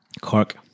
Cork